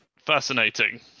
Fascinating